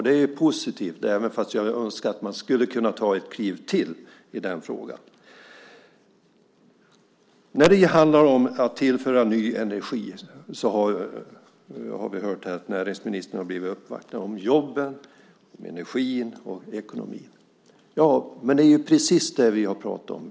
Det är positivt, även om jag skulle önska att man tog ett kliv till i den frågan. När det handlar om att tillföra ny energi har vi hört att näringsministern har blivit uppvaktad om jobben, energin och ekonomin. Det är ju precis det vi har pratat om.